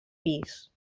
pis